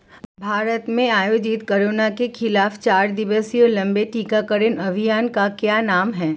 भारत में आयोजित कोरोना के खिलाफ चार दिवसीय लंबे टीकाकरण अभियान का क्या नाम है?